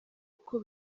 uko